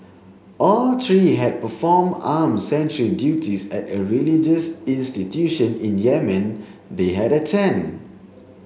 all three had performed armed sentry duties at a religious institution in Yemen they had attended